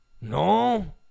No